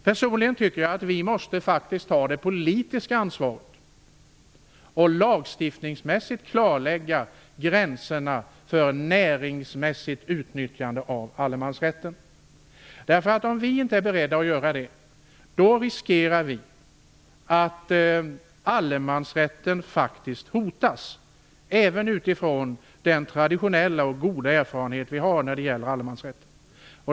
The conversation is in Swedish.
Personligen tycker jag att vi faktiskt måste ta det politiska ansvaret och lagstiftningsmässigt klarlägga gränserna för näringsmässigt utnyttjande av allemansrätten. Om vi inte är beredda att göra det riskerar vi att allemansrätten hotas, trots den traditionella, goda erfarenhet vi har av allemansrätten.